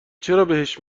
چرابهش